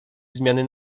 zmiany